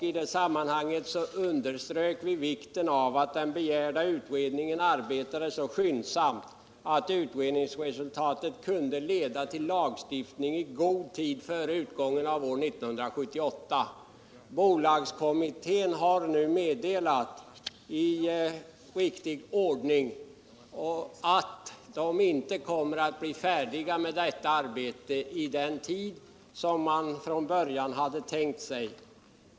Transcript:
I det sammanhanget underströk vi vikten av att den begärda utredningen arbetade så skyndsamt att utredningsresultatet kunde leda till lagstiftning i god tid före utgången av år 1978. Bolagskommittén har nu i riktig ordning meddelat, att den inte kommer att bli färdig med detta arbete inom den tid man från början hade tänkt sig.